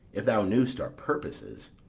if thou knew'st our purposes.